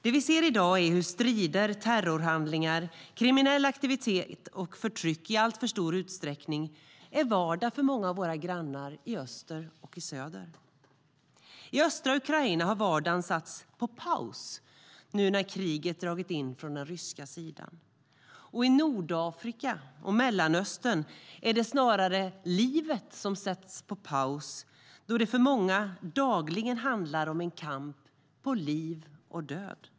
I dag ser vi hur strider, terrorhandlingar, kriminell aktivitet och förtryck i alltför stor utsträckning är vardag för många av våra grannar i öster och söder. I östra Ukraina har vardagen satts på paus nu när kriget har dragit in från den ryska sidan. I Nordafrika och Mellanöstern är det snarare livet som har satts på paus, då det för många dagligen handlar om en kamp på liv och död.